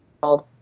called